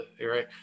right